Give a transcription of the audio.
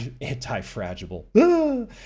anti-fragile